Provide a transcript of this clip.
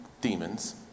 demons